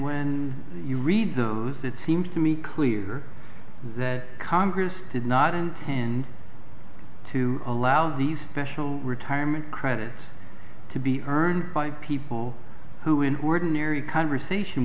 when you read those it seems to me clear that congress did not intend to allow these special retirement credits to be earned by people who in ordinary conversation